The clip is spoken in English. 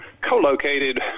co-located